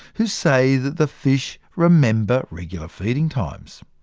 who say that the fish remember regular feeding times.